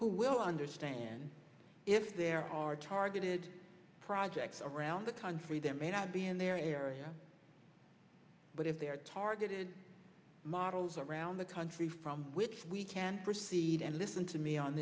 who will understand if there are targeted projects around the country there may not be in their area but if they are targeted models around the country from which we can proceed and listen to me on